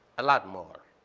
a lot more,